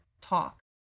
talk